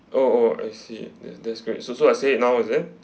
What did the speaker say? oh oh I see that's that's great so so I say it now is it